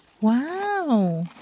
Wow